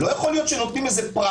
לא יכול להיות שנותנים פרס,